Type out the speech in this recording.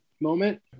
moment